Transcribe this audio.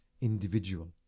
individual